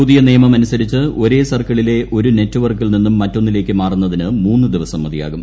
പുതിയ നിയമം അനുസരിച്ച് ഒരേ സർക്കിളിലെ ഒരു നെറ്റ്വർക്കിൽ നിന്നും മറ്റൊന്നിലേക്ക് മാറുന്നതിന് മൂന്നു ദിവസം മതിയാകും